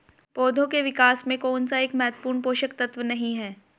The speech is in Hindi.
पौधों के विकास में कौन सा एक महत्वपूर्ण पोषक तत्व नहीं है?